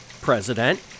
president